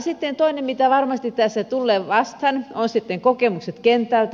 sitten toinen mikä varmasti tässä tulee vastaan on kokemukset kentältä